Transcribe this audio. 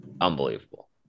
unbelievable